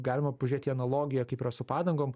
galima pažiūrėt į analogiją kaip yra su padangom